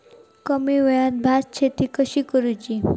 कमी वेळात भात शेती कशी करुची?